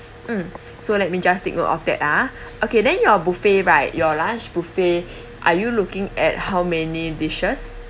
mm so let me just take note of that ah okay then your buffet right your lunch buffet are you looking at how many dishes